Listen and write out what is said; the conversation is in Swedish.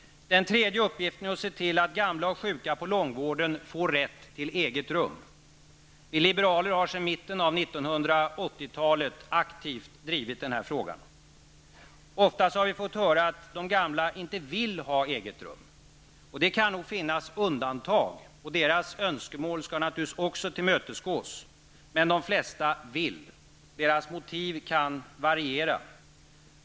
Den tredje uppgiften är att se till att gamla och sjuka på långvården får rätt till eget rum. Vi liberaler har sedan mitten av 80-talet aktivt drivit den frågan. Ofta har vi fått höra att de gamla inte vill ha eget rum. Det kan nog finnas undantag -- och även deras önskemål skall naturligtvis tillmötesgås -- men de flesta vill. Motiven kan variera.